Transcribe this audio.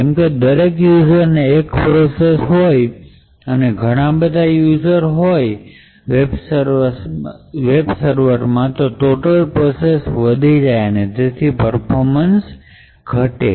કેમ કે દરેક યુઝરને એક પ્રોસેસ હોય અને ઘણાબધા યુઝર વેબ સર્વર સાથે હોય તો ટોટલ પ્રોસેસ વધી જાય અને તેથી પર્ફોમન્સ ઘટે